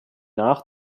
nach